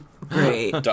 Great